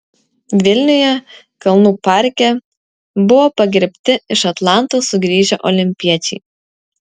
vilniuje kalnų parke buvo pagerbti iš atlantos sugrįžę olimpiečiai